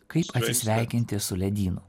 kaip atsisveikinti su ledynu